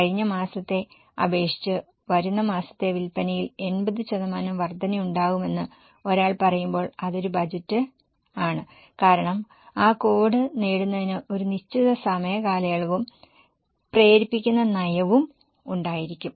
കഴിഞ്ഞ മാസത്തെ അപേക്ഷിച്ച് വരുന്ന മാസത്തെ വിൽപ്പനയിൽ 80 ശതമാനം വർധനയുണ്ടാകുമെന്ന് ഒരാൾ പറയുമ്പോൾ അതൊരു ബജറ്റ് ആണ് കാരണം ആ കോഡ് നേടുന്നതിന് ഒരു നിശ്ചിത സമയ കാലയളവും പ്രേരിപ്പിക്കുന്ന നയവും ഉണ്ടായിരിക്കും